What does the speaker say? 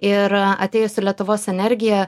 ir atėjus į lietuvos energiją